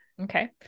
Okay